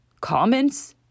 comments